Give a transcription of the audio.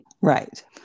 Right